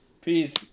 Peace